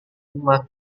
rumah